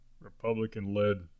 Republican-led